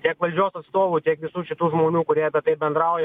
tiek valdžios atstovų tiek visų šitų žmonių kurie apie tai bendrauja